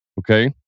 Okay